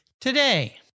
today